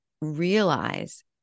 realize